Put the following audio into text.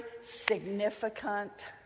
significant